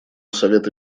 совета